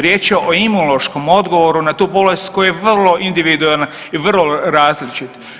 Riječ je o imunološkom odgovoru na tu bolest koja je vrlo individualna i vrlo različit.